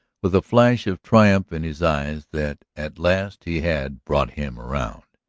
with a flash of triumph in his eyes, that at last he had brought him around.